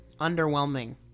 underwhelming